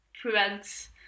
prevents